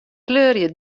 kleurje